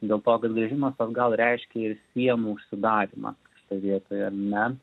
dėl to kad grįžimas atgal reiškia ir sienų užsidarymą šitoj vietoj ar ne